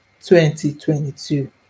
2022